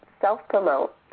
self-promote